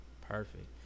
Perfect